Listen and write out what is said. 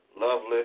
lovely